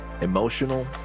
emotional